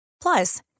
Plus